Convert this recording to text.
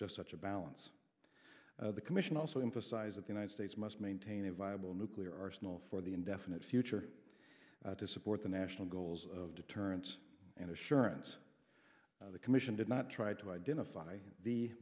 just such a balance the commission also emphasize that the united states must maintain a viable nuclear arsenal for the indefinite future to support the national goals of deterrence and assurance the commission did not try to identify the